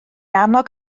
annog